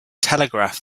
telegraph